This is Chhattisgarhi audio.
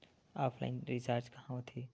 ऑफलाइन रिचार्ज कहां होथे?